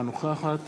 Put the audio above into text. אינה נוכחת